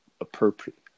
Appropriate